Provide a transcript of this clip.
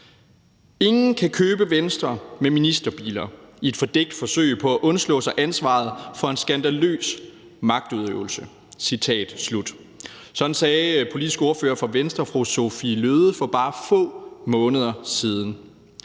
ingen kan købe Venstre med ministerbiler i et fordækt forsøg på at undslå sig ansvaret for en skandaløs magtudøvelse«. Sådan sagde politisk ordfører for Venstre, fru Sophie Løhde, for bare få måneder siden.